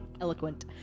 Eloquent